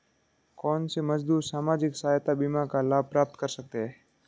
कौनसे मजदूर सामाजिक सहायता बीमा का लाभ प्राप्त कर सकते हैं?